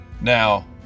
Now